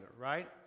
right